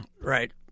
right